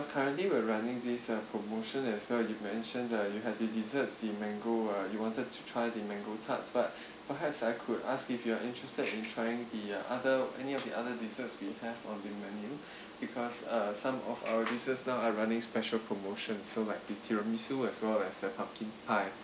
currently we're running this uh promotion as well you mentioned that you have the desserts the mango uh you wanted to try the mango tarts but perhaps I could ask if you are interested in trying the other any of the other desserts we have on the menu because uh some of our desserts now are running special promotion so like the tiramisu as well as the pumpkin pie